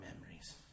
memories